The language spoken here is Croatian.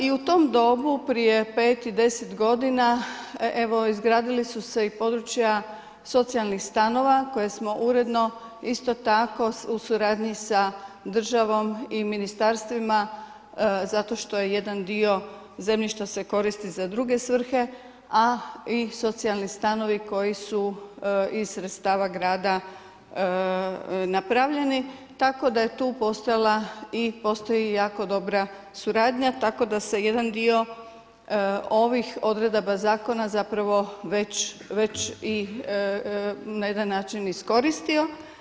I u tom dobu prije 5, 10 godina evo izgradili su se i područja socijalnih stanova koje smo uredno isto tako u suradnji sa državom i ministarstvima zato što je jedan dio zemljišta se koristi za druge svrhe a i socijalni stanovi koji su iz sredstava grada napravljeni, tako da je tu postojala i postoji jako dobra suradnja tako da se jedan dio ovih odredaba zakona zapravo već i na jedan način iskoristio.